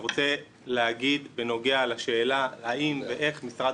אני רוצה להגיד בנוגע לשאלה האם ואיך משרד